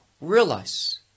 realize